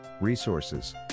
Resources